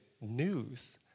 news